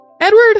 Edward